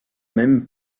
même